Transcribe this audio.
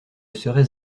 serais